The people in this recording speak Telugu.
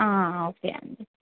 ఓకే అండి